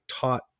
taught